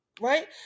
right